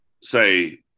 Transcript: say